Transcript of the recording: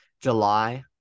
July